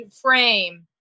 frame